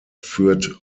führt